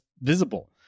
visible